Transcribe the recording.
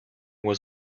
was